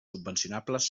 subvencionables